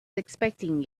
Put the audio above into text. expecting